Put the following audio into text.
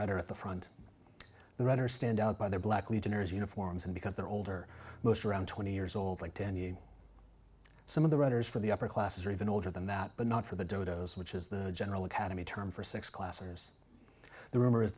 writer at the front runner stand by their black legionnaires uniforms and because they're older most around twenty years old like ten year some of the writers for the upper classes are even older than that but not for the dodos which is the general academy term for six classes the rumor is